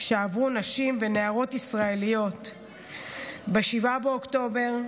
שעברו נשים ונערות ישראליות ב-7 באוקטובר,